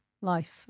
life